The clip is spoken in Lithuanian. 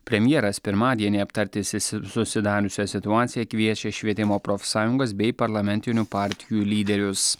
premjeras pirmadienį aptarti sisi susidariusią situaciją kviečia švietimo profsąjungas bei parlamentinių partijų lyderius